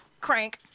Crank